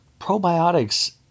probiotics